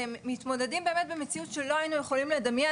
ומתמודדים באמת במציאות שלא היינו יכולים לדמיין,